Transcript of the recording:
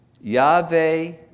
Yahweh